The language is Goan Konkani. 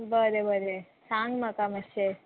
बरें बरें सांग म्हाका मातशें